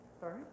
Sorry